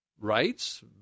rights